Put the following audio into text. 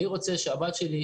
אני רוצה שהבת שלי,